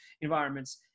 environments